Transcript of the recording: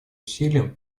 усилиям